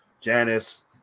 Janice